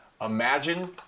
imagine